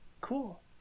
Cool